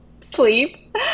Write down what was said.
sleep